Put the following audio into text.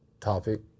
topic